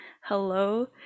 hello